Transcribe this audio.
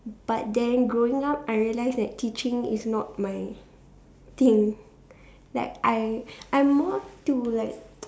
but then growing up I realize that teaching is not my thing like I I'm more to like